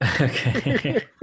Okay